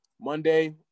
Monday